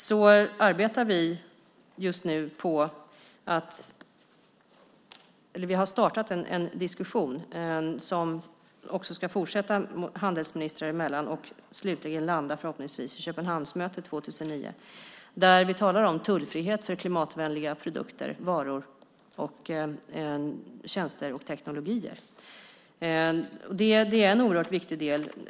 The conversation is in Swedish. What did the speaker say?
Vi har just startat en diskussion som också ska fortsätta handelsministrar emellan. Den ska förhoppningsvis slutligen landa i Köpenhamnsmötet 2009. Där talar vi om tullfrihet för klimatvänliga produkter, varor, tjänster och teknologier. Det är en oerhört viktig del.